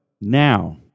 Now